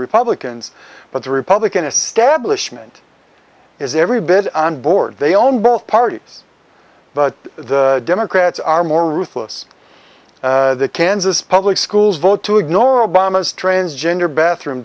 republicans but the republican establishment is every bit on board they own both parties but the democrats are more ruthless the kansas public schools vote to ignore obama's transgender bathroom